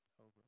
over